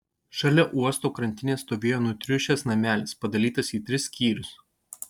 šalia uosto krantinės stovėjo nutriušęs namelis padalytas į tris skyrius